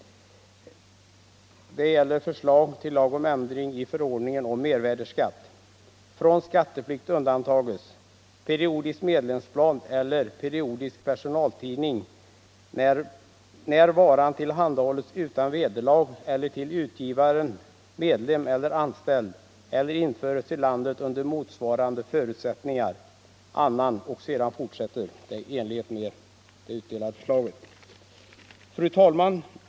Det gäller förslag till lag om ändring i förordningen om mervärdeskatt. 6) periodiskt medlemsblad eller periodisk personaltidning, när varan tillhandahålles utan vederlag eller till utgivaren, medlem eller anställd eller införes till landet under motsvarande förutsättningar, annan periodisk publikation ---”. Sedan fortsätter texten i enlighet med det tryckta betänkandet. Fru talman!